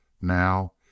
now